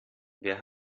wer